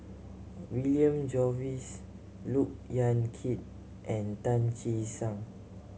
William Jervois Look Yan Kit and Tan Che Sang